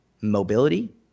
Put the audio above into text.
mobility